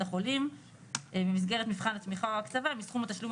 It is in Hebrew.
החולים במסגרת מבחן התמיכה או ההקצבה מסכום התשלום